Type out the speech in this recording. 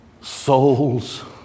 Souls